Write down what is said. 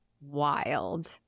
wild